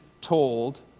told